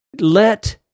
let